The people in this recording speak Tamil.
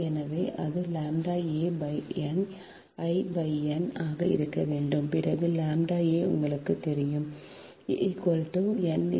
எனவே அது ʎ a I n ஆக இருக்க வேண்டும் பிறகு ʎa உங்களுக்குத் தெரியும் n × 0